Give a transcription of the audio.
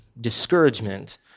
discouragement